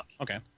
okay